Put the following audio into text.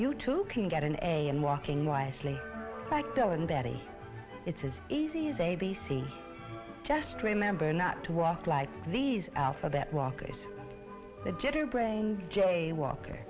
you too can get an a and walking wisely and betty it's as easy as a b c just remember not to walk like these alphabet walkers the jitter brained jay walker